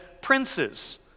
princes